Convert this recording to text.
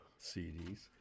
CDs